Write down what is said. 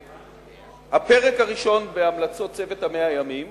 הפרק הראשון בהמלצות צוות 100 הימים